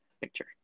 picture